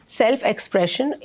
self-expression